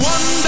One